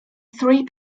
three